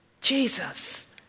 Jesus